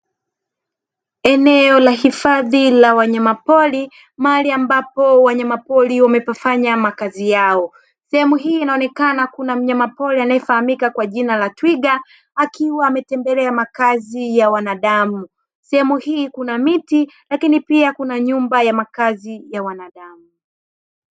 Eneo la hifadhi la wanyamapori mahari ambapo wanyamapori wamepafanya makazi yao. Sehemu hii inaonekana kuna mnyamapori anayefahamika kwa jina la twiga akiwa ametembelea makazi ya wanadamu. Sehemu hii kuna miti lakini pia kuna nyumba ya makazi ya wanadamu.